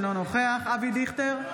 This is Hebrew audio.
אינו נוכח אבי דיכטר,